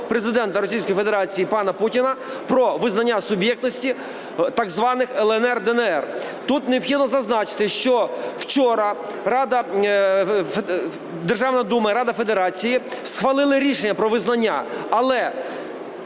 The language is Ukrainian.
Президента Російської Федерації пана Путіна про визнання суб'єктності так званих "ЛНР/ДНР". Тут необхідно зазначити, що вчора Державна Дума і Рада Федерації схвалили рішення про визнання. Але